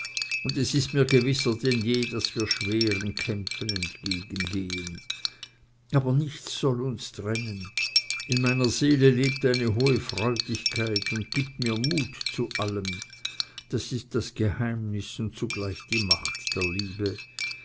und es ist mir gewisser denn je daß wir schweren kämpfen entgegengehen aber nichts soll uns trennen in meiner seele lebt eine hohe freudigkeit und gibt mir mut zu allem das ist das geheimnis und zugleich die macht der liebe